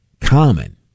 common